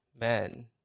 man